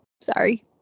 sorry